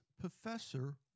Professor